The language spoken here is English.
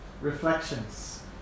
reflections